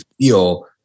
feel